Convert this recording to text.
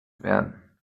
werden